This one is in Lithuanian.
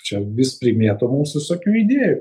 čia vis primėto mums visokių idėjų